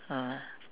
(uh huh)